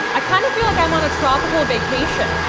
i kind of feel like i'm on a tropical vacation.